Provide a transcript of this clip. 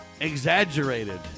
exaggerated